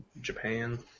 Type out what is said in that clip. Japan